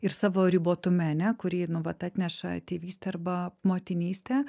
ir savo ribotume ane kurį nu vat atneša tėvystė arba motinystė